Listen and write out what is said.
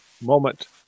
moment